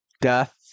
death